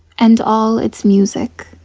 and all its music.